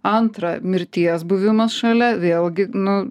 antra mirties buvimas šalia vėlgi nu